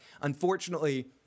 unfortunately